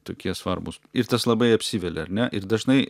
tokie svarbūs ir tas labai apsivelia ar ne ir dažnai